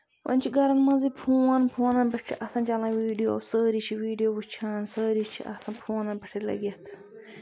وۄنۍ چھُ گرَن منزٕے فون فونَن پٮ۪ٹھ چھِ آسان چَلان ویٖڈیوز سٲری چھِ ویٖڈیو وٕچھان سٲری چھِ آسان فونن پٮ۪ٹھٕے لٔگِتھ